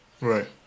Right